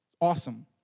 awesome